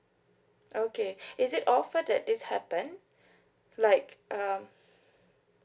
okay is it often that this happen like um